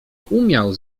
umiał